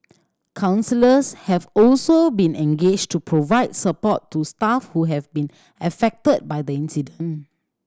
counsellors have also been engaged to provide support to staff who have been affected by the incident